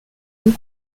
une